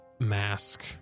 Mask